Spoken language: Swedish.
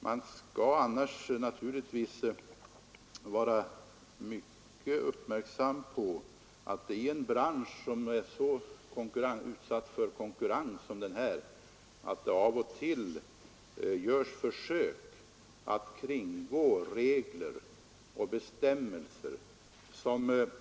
Man skall naturligtvis vara mycket uppmärksam på att det — i en bransch som är så utsatt för konkurrens som den här — av och till görs försök att kringgå regler och bestämmelser.